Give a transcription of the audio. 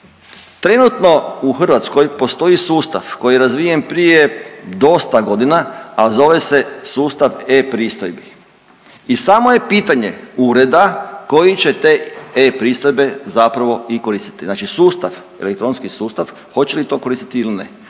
Trenutno u Hrvatskoj postoji sustav koji je razvijen prije dosta godina, a zove se sustav e-pristojbi i samo je pitanje ureda koji će te e-pristojbe zapravo i koristiti, znači sustav, elektronski sustav hoće li to koristiti ili ne.